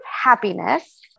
happiness